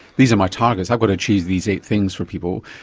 these are my targets, i've got to choose these eight things for people,